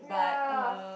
ya